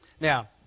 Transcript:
now